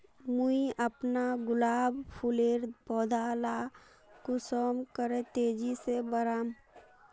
मुई अपना गुलाब फूलेर पौधा ला कुंसम करे तेजी से बढ़ाम?